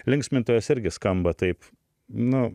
linksmintojas irgi skamba taip nu